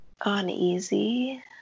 Uneasy